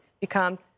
become